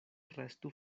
restu